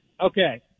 Okay